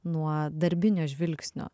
nuo darbinio žvilgsnio